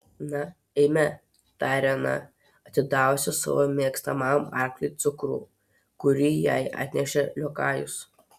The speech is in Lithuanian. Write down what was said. na eime tarė ana atidavusi savo mėgstamam arkliui cukrų kurį jai atnešė liokajus